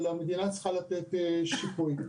אבל המדינה צריכה לתת שיפוי.